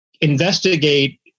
investigate